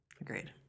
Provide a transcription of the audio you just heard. Agreed